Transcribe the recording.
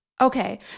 Okay